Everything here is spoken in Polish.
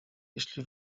jeśli